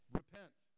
repent